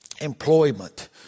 employment